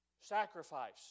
sacrifice